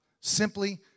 simply